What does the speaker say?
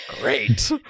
Great